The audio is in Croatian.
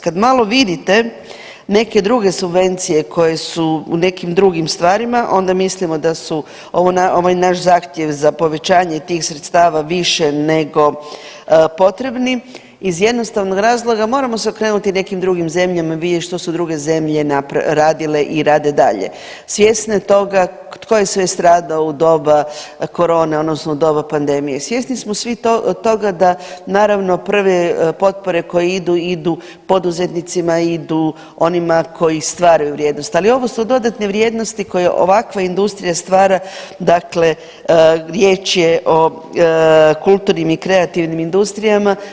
Kad malo vidite neke druge subvencije koje su u nekim drugim stvarima onda mislimo da su, ovaj naš zahtjev za povećanje tih sredstava više nego potrebni iz jednostavnog razloga moramo se okrenuti nekim drugim zemljama i vidjet što su druge zemlje radile i rade dalje svjesne toga tko je sve stradao u doba korone odnosno u doba pandemije i svjesni smo svi toga da naravno prve potpore koje idu idu poduzetnicima, idu onima koji stvaraju vrijednosti, ali ovo su dodatne vrijednosti koje ovakva industrija stvara dakle riječ je o kulturnim i kreativnim industrijama.